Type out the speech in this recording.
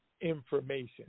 information